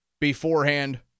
beforehand